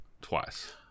twice